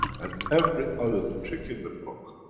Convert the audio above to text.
and every other trick in the book,